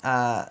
ah